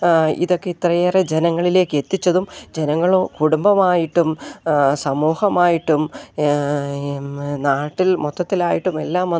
ഇതൊക്കെ ഇത്രയേറെ ജനങ്ങളിലേക്ക് എത്തിച്ചതും ജനങ്ങളും കുടുംബമായിട്ടും സമൂഹമായിട്ടും നാട്ടിൽ മൊത്തത്തിലായിട്ടും എല്ലാം വന്ന്